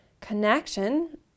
connection